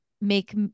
make